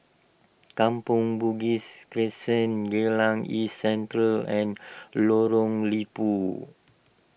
Kampong Bugis Crescent Geylang East Central and Lorong Liput